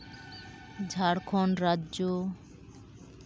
Jharkhand Rajya